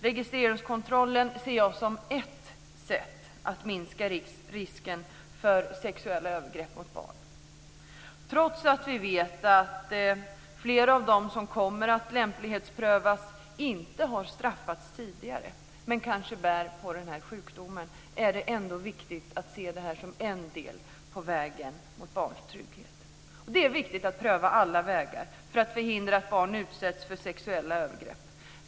Registreringskontrollen ser jag som ett sätt att minska risken för sexuella övergrepp mot barn. Trots att vi vet att flera av dem som kommer att lämplighetsprövas inte har straffats tidigare men kanske bär på sjukdomen, är det ändå viktigt att se detta som en del på vägen mot barns trygghet. Det är viktigt att pröva alla vägar, så att vi hindrar att barn utsätts för sexuella övergrepp.